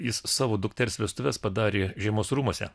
jis savo dukters vestuves padarė žiemos rūmuose